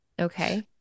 Okay